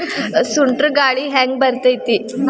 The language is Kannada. ಸುಂಟರ್ ಗಾಳಿ ಹ್ಯಾಂಗ್ ಬರ್ತೈತ್ರಿ?